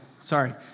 Sorry